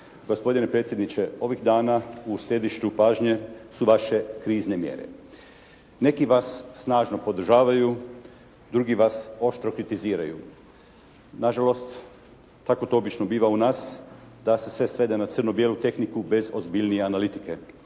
Gospodine predsjedniče, ovih dana u središtu pažnje su vaše krizne mjere. Neki vas snažno podržavaju, drugi vas oštro kritiziraju. Na žalost tako to obično biva u nas da se sve svede na crno-bijelu tehniku bez ozbiljnije analitike.